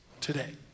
today